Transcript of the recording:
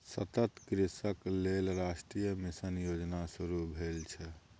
सतत कृषिक लेल राष्ट्रीय मिशन योजना शुरू भेल छै